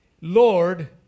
Lord